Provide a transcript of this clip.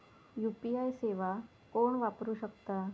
UPI सेवा कोण वापरू शकता?